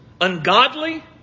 ungodly